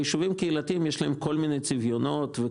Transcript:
הרי יישובים קהילתיים יש להם צביון שונה